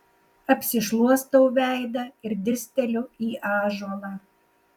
apsišluostau veidą ir dirsteliu į ąžuolą